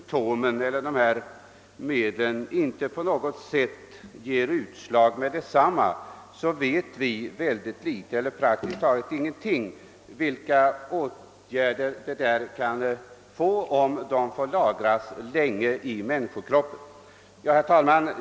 Även om dessa gifter inte ger utslag med detsamma, vet vi dock praktiskt taget ingenting om vilka följder det kan få om de under en längre tid upplagras i människokroppen. Herr talman!